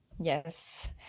Yes